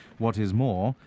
what is more,